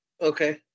Okay